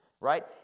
right